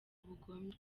ubugome